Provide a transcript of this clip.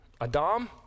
Adam